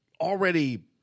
already